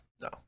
no